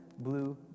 blue